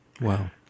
Wow